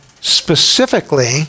specifically